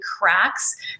cracks